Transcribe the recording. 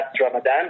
Ramadan